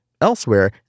Elsewhere